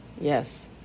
Yes